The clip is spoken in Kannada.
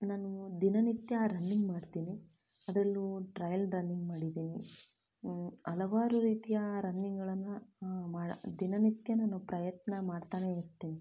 ನಾನು ದಿನನಿತ್ಯ ರನ್ನಿಂಗ್ ಮಾಡ್ತೀನಿ ಅದರಲ್ಲೂ ಟ್ರಯಲ್ ರನ್ನಿಂಗ್ ಮಾಡಿದ್ದೀನಿ ಹಲವಾರು ರೀತಿಯ ರನ್ನಿಂಗ್ಗಳನ್ನು ಮಾಡಿ ದಿನನಿತ್ಯ ನಾನು ಪ್ರಯತ್ನ ಮಾಡ್ತಾನೆ ಇರ್ತೀನಿ